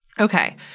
Okay